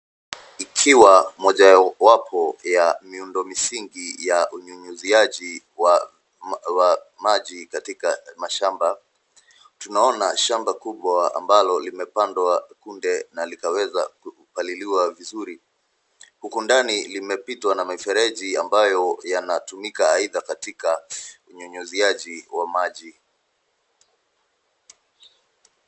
Ikiwa mojawapo ya miundo msingi ya unyunyiziaji wa maji katika mashamba. Tunaona shamba kubwa ambalo limepandwa kunde na likaweza kupaliliwa vizuri. Huku ndani limepitwa na mifereji ambayo yanatumika aidha katika unyunyiziaji wa maji.